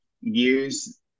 use